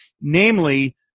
namely